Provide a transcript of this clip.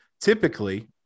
typically